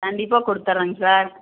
கண்டிப்பாக கொடுத்தடுறோங்க சார்